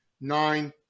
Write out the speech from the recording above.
nine